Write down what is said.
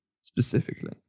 specifically